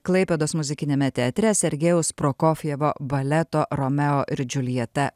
klaipėdos muzikiniame teatre sergejaus prokofjevo baleto romeo ir džiuljeta